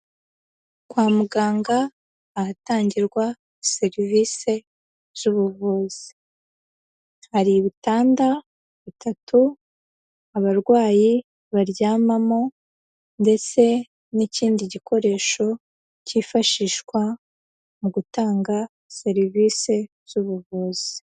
Kwa muganga ahatangirwa serivisi z'ubuvuzi, hari ibitanda bitatu abarwayi baryamamo ndetse n'ikindi gikoresho cyifashishwa mu gutanga serivisi z'ubuvuzi.